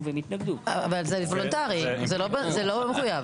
אבל זה וולנטרי זה לא מחויב.